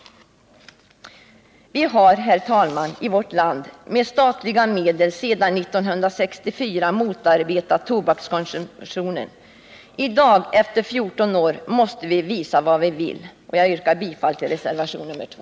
Vi har, herr talman, i vårt land med statliga medel sedan 1964 motarbetat tobakskonsumtionen. I dag, efter 14 år, måste vi visa vad vi vill. Jag yrkar bifall till reservationen nr 2.